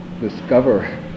discover